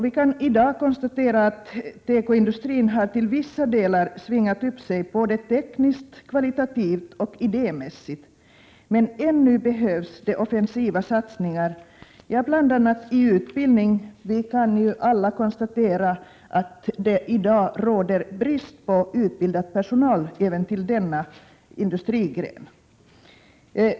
Vi kan konstatera att tekoindustrin i dag till vissa delar svingat upp sig både tekniskt, kvalitativt och idémässigt, men ännu behövs det offensiva satsning ar bl.a. iutbildning. Vi kan alla konstatera att det i dag råder brist på utbildad personal inom denna industrigren.